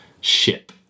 ship